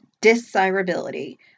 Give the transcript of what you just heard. Desirability